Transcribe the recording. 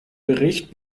bericht